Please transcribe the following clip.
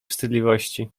wstydliwości